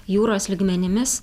jūros lygmenimis